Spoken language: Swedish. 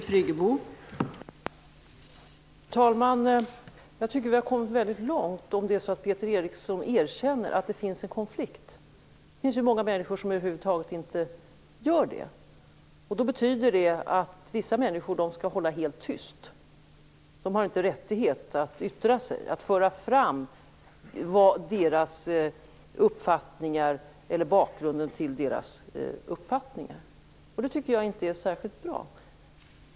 Fru talman! Jag tycker att vi har kommit väldigt långt om Peter Eriksson erkänner att det finns en konflikt. Det finns många människor som över huvud taget inte gör det. Det betyder att vissa människor skall hålla tyst. De har ingen rättighet att yttra sig, att föra fram sina uppfattningar eller bakgrunden till sina uppfattningar. Det tycker jag inte är särskilt bra.